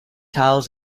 tiles